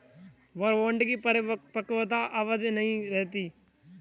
war bond की परिपक्वता अवधि नहीं रहती है